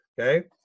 okay